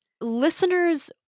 listeners